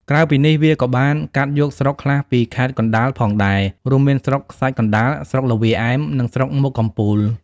ក្រៅពីនេះ វាក៏បានកាត់យកស្រុកខ្លះពីខេត្តកណ្ដាលផងដែរ រួមមានស្រុកខ្សាច់កណ្តាល ស្រុកល្វាឯម និងស្រុកមុខកំពូល។